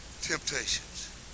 temptations